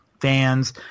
fans